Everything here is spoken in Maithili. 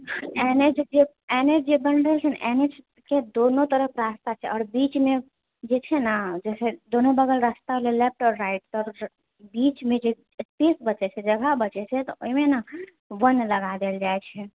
एन एचके एन एच जे बनलै से एन एचके दोनो तरफ रास्ता छै आओर बीचमे जे छै ने जैसे दोनो बगल रास्ता गेलै लेफ्ट आओर राइट बीचमे जँ स्पेस बचै छै जगह बचै छै तऽ ओहिमे ने वन लगा देल जाइत छै